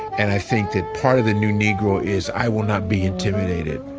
and i think that part of the new negro is i will not be intimidated